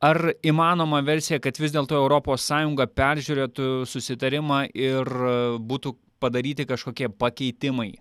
ar įmanoma versija kad vis dėlto europos sąjunga peržiūrėtų susitarimą ir būtų padaryti kažkokie pakeitimai